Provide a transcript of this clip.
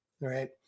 right